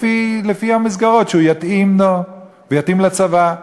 לפי המסגרות שהוא יתאים לו ויתאים לצבא.